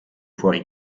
fuori